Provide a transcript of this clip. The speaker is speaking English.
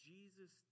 Jesus